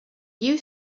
you